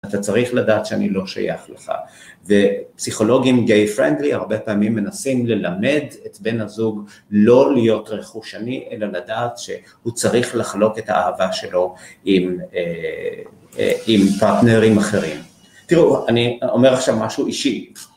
אתה צריך לדעת שאני לא שייך לך. ופסיכולוגים גיי פרנדלי הרבה פעמים מנסים ללמד את בן הזוג לא להיות רכושני, אלא לדעת שהוא צריך לחלוק את האהבה שלו עם פרטנרים אחרים. תראו, אני אומר עכשיו משהו אישי.